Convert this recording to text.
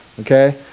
Okay